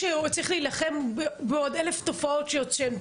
זה שהוא צריך להילחם בעוד אלף תופעות שיוצאות,